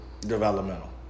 developmental